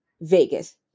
Vegas